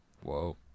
Whoa